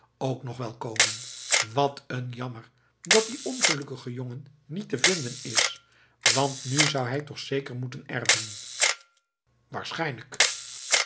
ook nog wel komen wat een jammer dat die ongelukkige jongen niet te vinden is want nu zou hij toch zeker moeten erven waarschijnlijk